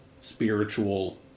spiritual